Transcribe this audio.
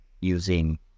using